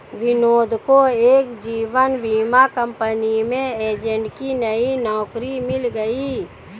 विनोद को एक जीवन बीमा कंपनी में एजेंट की नई नौकरी मिल गयी